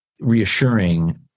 reassuring